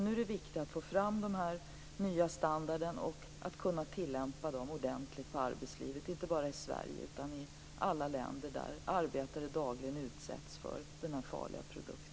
Nu är det viktigt att få fram den nya standarden och att kunna tillämpa den ordentligt inom arbetslivet inte bara i Sverige utan i alla länder där arbetare dagligen utsätts för denna farliga produkt.